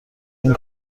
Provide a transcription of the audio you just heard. این